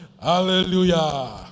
Hallelujah